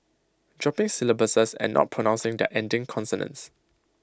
dropping syllables and not pronouncing their ending consonants